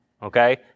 Okay